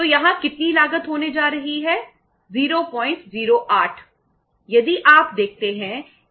तो यहां कितनी लागत होने जा रही है 008